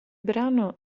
brano